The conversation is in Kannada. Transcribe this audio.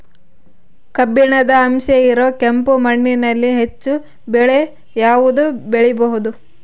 ಕಬ್ಬಿಣದ ಅಂಶ ಇರೋ ಕೆಂಪು ಮಣ್ಣಿನಲ್ಲಿ ಹೆಚ್ಚು ಬೆಳೆ ಯಾವುದು ಬೆಳಿಬೋದು?